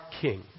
King